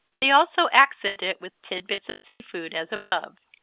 they also accent it with tidbits of sea food as above.